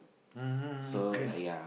mmhmm okay